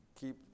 keep